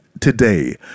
today